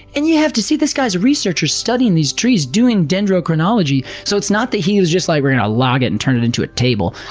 and you have to see, this guy's a researcher, studying these trees, doing dendrochronology, so it's not that he was just like, we're gonna log it and turn it into a table.